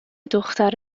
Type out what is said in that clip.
دختر